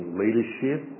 leadership